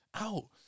out